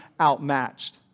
outmatched